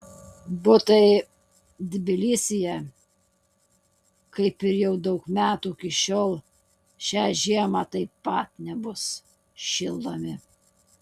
butai tbilisyje kaip ir jau daug metų iki šiol šią žiemą taip pat nebus šildomi